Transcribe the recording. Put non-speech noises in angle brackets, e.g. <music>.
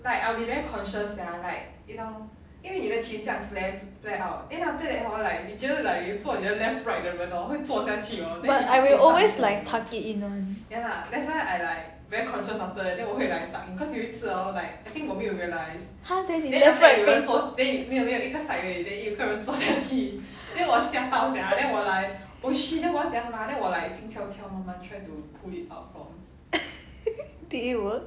but I will always like tuck it in [one] !huh! then 你 left right 都坐 <laughs> did it work